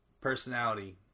personality